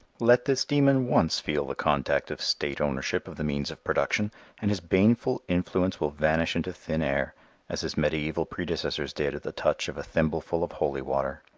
let this demon once feel the contact of state ownership of the means of production and his baneful influence will vanish into thin air as his mediaeval predecessors did at the touch of a thimbleful of holy water.